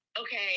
Okay